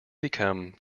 become